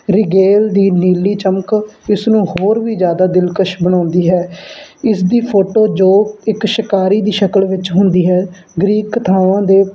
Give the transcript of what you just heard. Rigel ਦੀ ਨੀਲੀ ਚਮਕ ਇਸਨੂੰ ਹੋਰ ਵੀ ਜ਼ਿਆਦਾ ਦਿਲਕਸ਼ ਬਣਾਉਂਦੀ ਹੈ ਇਸਦੀ ਫੋਟੋ ਜੋ ਇੱਕ ਸ਼ਿਕਾਰੀ ਦੀ ਸ਼ਕਲ ਵਿੱਚ ਹੁੰਦੀ ਹੈ ਗਰੀਕ ਕਥਾਵਾਂ ਦੇ